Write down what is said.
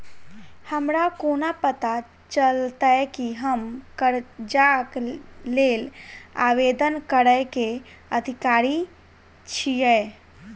हमरा कोना पता चलतै की हम करजाक लेल आवेदन करै केँ अधिकारी छियै?